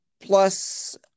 plus